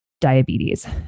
diabetes